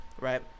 Right